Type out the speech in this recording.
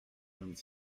vingt